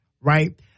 Right